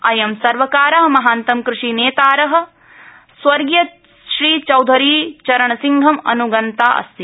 अयं सर्वकार महान्तं कृषिनेतारं स्वर्गीय श्री चौधरीचरणसिंहम् अन्गन्ता अस्ति